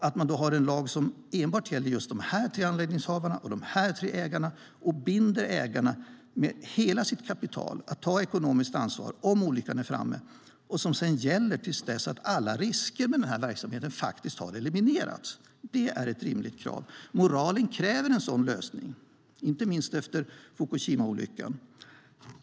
Att det då finns en lag som enbart gäller dessa tre anläggningshavare och de tre ägarna och binder ägarna att med hela sitt kapital ta ekonomiskt ansvar om olyckan är framme, som sedan gäller till dess att alla risker med verksamheten har eliminerats, är ett rimligt krav. Moralen kräver en sådan lösning, inte minst efter Fukushimaolyckan.